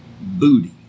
booty